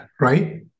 right